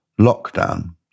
lockdown